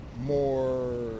more